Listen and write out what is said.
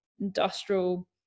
industrial